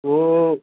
وہ